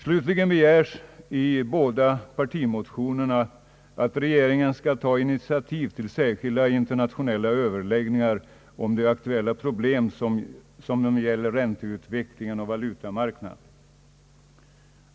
Slutligen begärs i båda partimotionerna att regeringen skall ta initiativ till särskilda internationella överläggningar om de aktuella problem som gäller ränteutvecklingen och valutamarknaden.